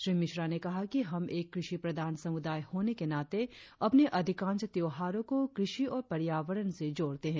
श्री मिश्रा ने कहा कि हम एक कृषि प्रधान समुदाय होने के नाते अपने अधिकांश त्यौहारों को कृषि और पर्यावरण से जोड़ते है